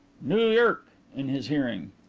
noo y'rk' in his hearing.